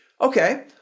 Okay